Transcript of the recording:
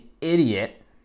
idiot